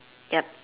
yup